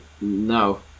no